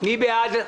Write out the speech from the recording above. מי בעד?